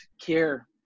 care